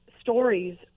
stories